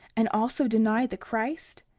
and also deny the christ?